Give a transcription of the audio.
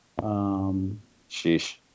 Sheesh